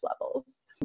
levels